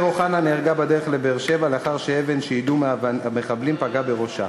אוחנה נהרגה בדרך לבאר-שבע לאחר שאבן שיידו המחבלים פגעה בראשה,